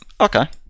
Okay